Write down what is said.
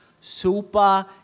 Super